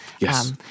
Yes